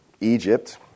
Egypt